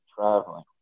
traveling